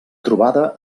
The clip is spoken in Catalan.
trobada